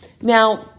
Now